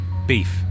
Beef